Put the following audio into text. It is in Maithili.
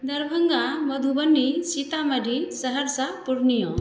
दरभंगा मधुबनी सीतामढ़ी सहरसा पूर्णियाँ